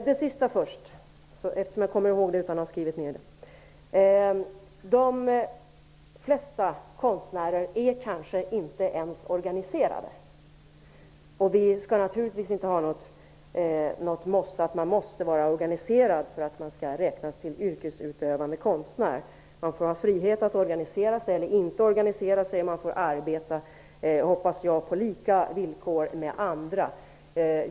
Herr talman! De flesta konstnärer är kanske inte ens organiserade, och man skall naturligtvis inte behöva vara organiserad för att räknas som yrkesutövande konstnär. Man får ha frihet att organisera sig eller inte organisera sig, och man får i vilket fall arbeta -- hoppas jag -- på samma villkor som andra.